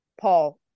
Paul